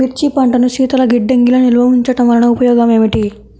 మిర్చి పంటను శీతల గిడ్డంగిలో నిల్వ ఉంచటం వలన ఉపయోగం ఏమిటి?